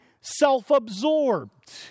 self-absorbed